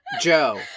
Joe